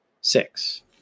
six